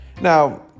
now